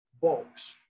box